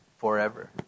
forever